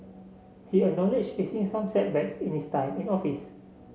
he acknowledged facing some setbacks in his time in office